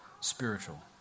spiritual